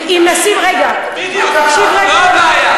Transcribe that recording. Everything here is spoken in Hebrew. זאת הבושה הגדולה.